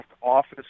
Office